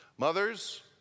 Mothers